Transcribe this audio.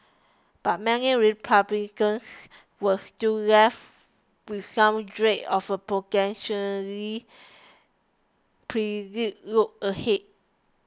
but many Republicans were still left with some dread of a potentially perilous road ahead